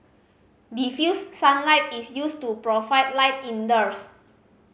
diffused sunlight is used to provide light indoors